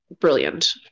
brilliant